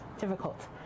difficult